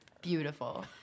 beautiful